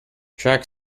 track